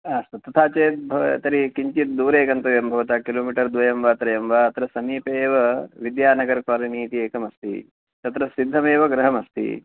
अस्तु तथा चेत् तर्हि किञ्चिद् दूरे गन्तव्यं किलोमीटर् द्वयं वा त्रयं वा अत्र समीपे एव विद्यानगर कालोनि इति एकमस्ति तत्र सिद्धमेव गृहमस्ति